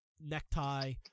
necktie